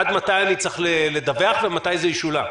עד מתי אני צריך לדווח ומתי זה ישולם?